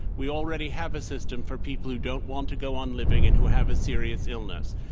we already have a system for people who don't want to go on living and who have a serious illness.